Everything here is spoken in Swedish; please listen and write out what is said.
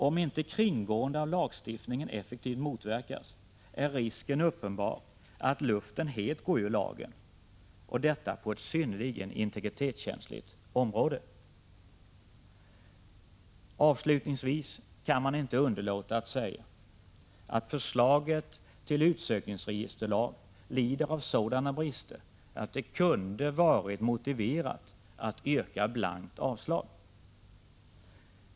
Om inte kringgående av lagstiftningen effektivt motverkas är risken uppenbar att luften helt går ur lagen, och detta på ett synnerligen integritetskänsligt område. Avslutningsvis kan jag inte underlåta att säga att förslaget till utsökningsregisterlag lider av sådana brister att det kunde ha varit motiverat att yrka blankt avslag.